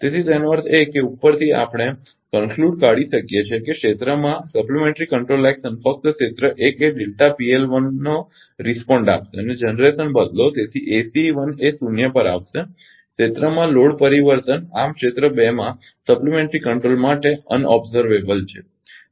તેથી તેનો અર્થ એ છે કે ઉપરથી આપણે નિષ્કર્ષ કાઢી શકીએ છીએ કે ક્ષેત્રમાં પૂરક નિયંત્રણ ક્રિયા ફક્ત ક્ષેત્ર 1 એનો પ્રતિસાદ આપશે અને જનરેશન બદલો જેથી એસીઇ 1 એ શૂન્ય પર આવશે ક્ષેત્ર 1 માં લોડ પરિવર્તન આમ ક્ષેત્ર 2 માં પૂરક નિયંત્રણ માટે અવ્યવસ્થિત છે